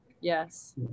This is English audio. Yes